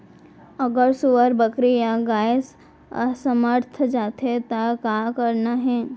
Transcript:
अगर सुअर, बकरी या गाय असमर्थ जाथे ता का करना हे?